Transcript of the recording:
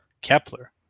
Kepler